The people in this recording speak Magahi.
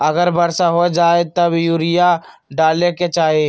अगर वर्षा हो जाए तब यूरिया डाले के चाहि?